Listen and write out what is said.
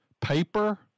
Paper